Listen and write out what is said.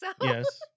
Yes